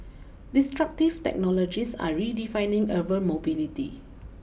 disruptive technologies are redefining urban mobility